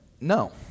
No